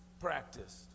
practiced